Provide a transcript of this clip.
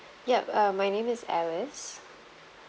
yup um my name is alice